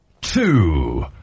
two